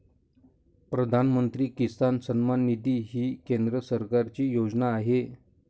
प्रधानमंत्री किसान सन्मान निधी ही केंद्र सरकारची योजना आहे